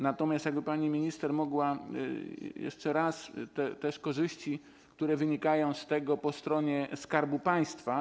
Natomiast jakby pani minister mogła jeszcze raz też korzyści, które wynikają z tego po stronie Skarbu Państwa.